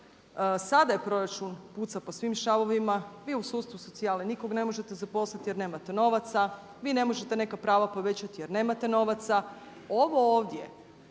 sada proračun puca po svim šavovima, vi u sustavu socijale nikog ne možete zaposliti jer nemate novaca. Vi ne možete neka prava povećati jer nemate novaca. Ovo ovdje,